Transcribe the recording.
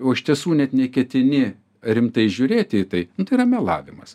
o iš tiesų net neketini rimtai žiūrėti į tai yra melavimas